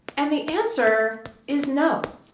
and the answer is no.